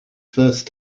first